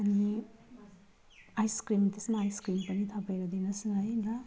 अनि आइसक्रिम त्यसमा आइसक्रिम थपेर दिनुहोस् न है ल